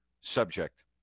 subject